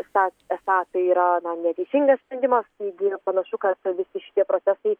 esą esą tai yra na neteisingas sprendimas taigi panašu kad visi šitie procesai